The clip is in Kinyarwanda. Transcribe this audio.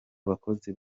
bakozi